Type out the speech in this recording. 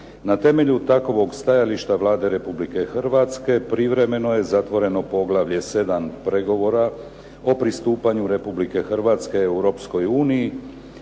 Na temelju takvog stajališta Vlade Republike Hrvatske privremeno je zatvoreno poglavlje 7. Pregovora o pristupanju Republike Hrvatske Europskoj uniji,